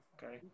Okay